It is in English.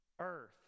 earth